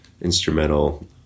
instrumental